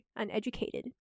uneducated